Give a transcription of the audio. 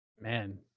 Man